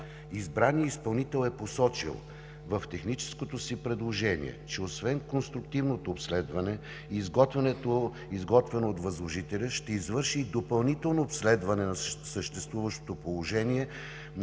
Избраният изпълнител e посочил в техническото си предложение, че освен конструктивното обследване, изготвено от възложителя, ще извърши и допълнително обследване на съществуващото положение